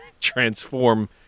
transform